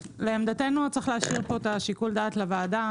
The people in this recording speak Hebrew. לעמדתנו, צריך להשאיר את שיקול הדעת לוועדה.